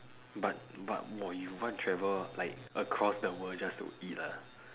but but !wah! you want travel like across the world just to eat ah